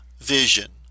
vision